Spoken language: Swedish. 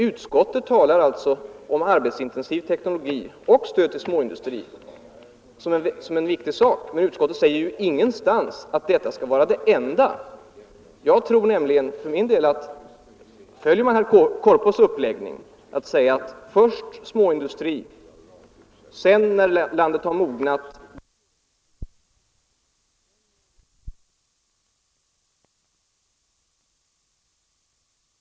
Utskottet talar om en arbetskraftsintensiv teknologi och om stöd till småindustri som viktiga angelägenheter, men utskottet säger ingenstans att detta skall vara den enda vägen. Jag tror för min del att u-länderna, om man skall följa herr Korpås uppläggning, dvs. först småindustri, och sedan, när landet har mognat, större industrier, alltid kommer att ligga många steg efter den tekniska utvecklingen i i-länderna. Man kommer då inte att ha möjlighet att minska det ökande gapet mellan fattiga och rika länder.